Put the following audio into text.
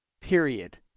Period